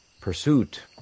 pursuit